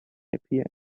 appear